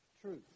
truth